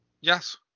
Yes